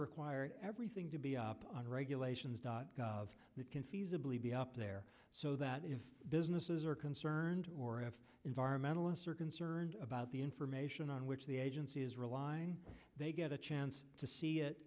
require everything to be up on regulations dot gov that can feasibly be up there so that if businesses are concerned or if environmentalist are concerned about the information on which the agency is relying they get a chance to see